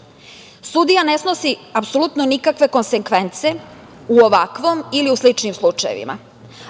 način. Sudija ne snosi apsolutno nikakve konsekvence u ovakvom ili u sličnim slučajevima,